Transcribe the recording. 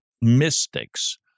mystics